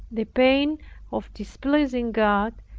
the pain of displeasing god,